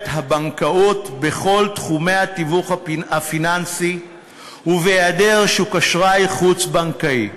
הבנקאות בכל תחומי התיווך הפיננסי ובהיעדר שוק אשראי חוץ-בנקאי.